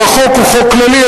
החוק הוא חוק כללי,